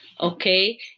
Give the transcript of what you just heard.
okay